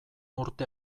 urte